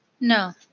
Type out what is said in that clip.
No